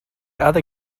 other